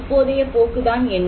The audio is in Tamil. இப்போதைய போக்குதான் என்ன